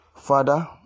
Father